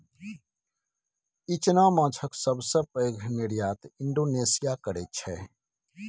इचना माछक सबसे पैघ निर्यात इंडोनेशिया करैत छै